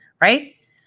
right